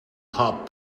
pop